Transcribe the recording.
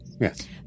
Yes